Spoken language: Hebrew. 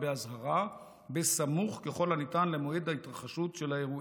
באזהרה בסמוך ככל הניתן למועד ההתרחשות של האירועים.